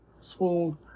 spoon